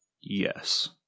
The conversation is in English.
yes